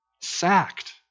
sacked